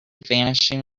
vanishing